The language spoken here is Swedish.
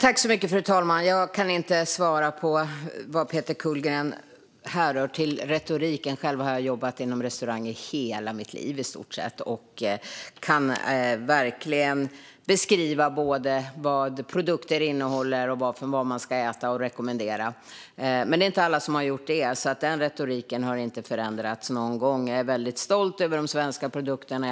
Fru talman! Jag kan inte svara på vad Peter Kullgren hänför till retoriken. Själv har jag i stort sett jobbat inom restaurang i hela mitt liv. Jag kan verkligen beskriva både vad produkter innehåller och vad man kan rekommendera att äta. Men det är inte alla som har gjort det. Den retoriken har inte förändrats någon gång. Jag är väldigt stolt över de svenska produkterna.